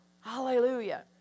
Hallelujah